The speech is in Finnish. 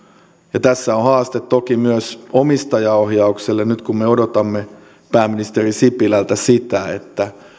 tässä on haaste toki myös omistajaohjaukselle nyt kun me odotamme pääministeri sipilältä sitä